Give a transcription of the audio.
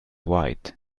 white